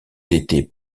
été